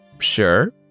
Sure